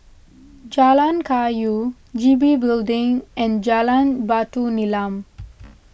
Jalan Kayu G B Building and Jalan Batu Nilam